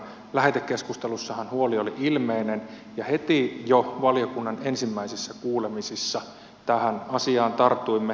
lähetekeskustelussahan huoli oli ilmeinen ja heti jo valiokunnan ensimmäisissä kuulemisissa tähän asiaan tartuimme